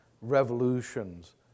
revolutions